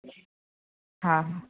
हा